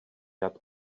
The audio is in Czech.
nad